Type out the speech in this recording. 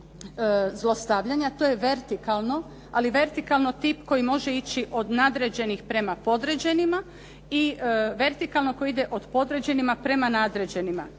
zlostavljanja. To je vertikalno, ali vertikalno tip koji može ići od nadređenih prema podređenima i vertikalno koji ide od podređenih prema nadređenima,